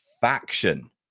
faction